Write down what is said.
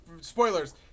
spoilers